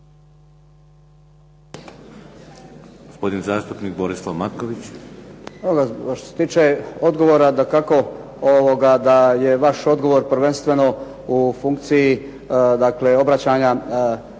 Gospodin zastupnik Borislav Matković.